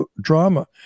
drama